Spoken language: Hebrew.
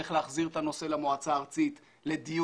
צריך להחזיר את הנושא למועצה ה ארצית לדיון